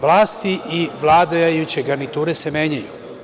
Vlasti i vladajuće garniture se menjaju.